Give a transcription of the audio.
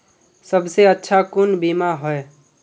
सबसे अच्छा कुन बिमा होय?